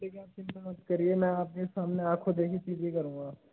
quality की आप चिंता मत करिए मैं आपके सामने आखों देखी चीज़ ही करूंगा